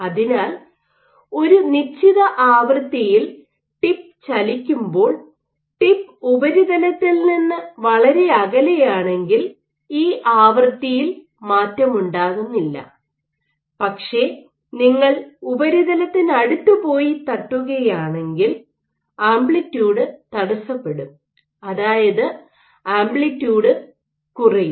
അതിനാൽ ഒരു നിശ്ചിത ആവൃത്തിയിൽ ടിപ്പ് ചലിക്കുമ്പോൾ ടിപ്പ് ഉപരിതലത്തിൽ നിന്ന് വളരെ അകലെയാണെങ്കിൽ ഈ ആവൃത്തിയിൽ മാറ്റമുണ്ടാകുന്നില്ല പക്ഷേ നിങ്ങൾ ഉപരിതലത്തിനടുത്ത് പോയി തട്ടുകയാണെങ്കിൽ ആംപ്ലിറ്റ്യൂഡ് തടസ്സപ്പെടും അതായത് ആംപ്ലിറ്റ്യൂഡ് കുറയും